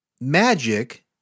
magic